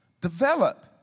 develop